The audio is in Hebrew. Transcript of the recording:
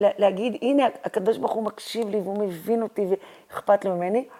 ‫להגיד, הנה, הקב"א הוא מקשיב לי ‫והוא מבין אותי ואיכפת לו ממני.